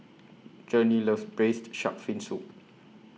Journey loves Braised Shark Fin Soup